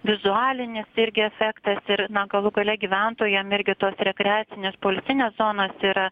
vizualinis irgi efektas ir na galų gale gyventojam tos rekreacinės poilsinės zonos yra